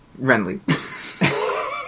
Renly